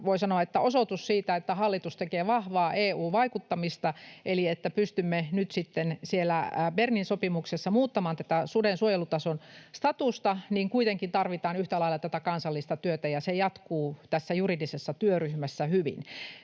voi sanoa, että se on osoitus siitä, että hallitus tekee vahvaa EU-vaikuttamista eli sitä, että pystymme nyt sitten siellä Bernin sopimuksessa muuttamaan tätä suden suojelutason statusta — niin kuitenkin tarvitaan yhtä lailla tätä kansallista työtä. Se jatkuu tässä juridisessa työryhmässä hyvin.